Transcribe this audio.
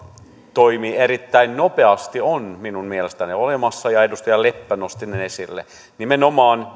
toimii erittäin nopeasti on minun mielestäni olemassa ja edustaja leppä nosti sen esille nimenomaan